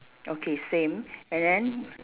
okay same and then